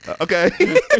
Okay